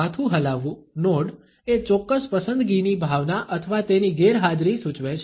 માથું હલાવવું નોડ એ ચોક્કસ પસંદગીની ભાવના અથવા તેની ગેરહાજરી સૂચવે છે